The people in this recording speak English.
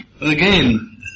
Again